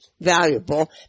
valuable